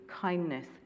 kindness